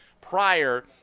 prior